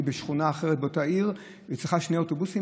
בשכונה אחרת באותה עיר היא צריכה שני אוטובוסים,